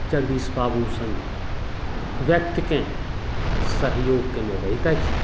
जगदीश बाबू सन व्यक्तिके सहयोग कयने रहितथि